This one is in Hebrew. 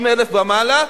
60,000 ומעלה,